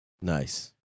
nice